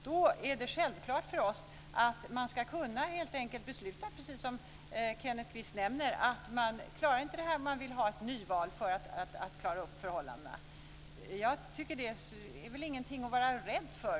Om man inte klarar det är det självklart för oss att man, precis som Kenneth Kvist nämner, ska kunna besluta om ett nyval för att klara upp förhållandena. Den möjligheten är väl ingenting att vara rädd för.